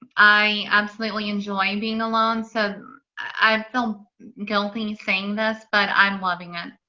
i absolutely enjoy and being alone, so i feel guilty and saying this, but i'm loving it.